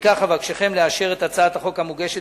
לפיכך אבקשכם לאשר את הצעת החוק המוגשת